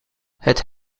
het